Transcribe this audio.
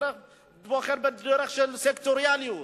הוא בוחר בדרך של סקטוריאליות.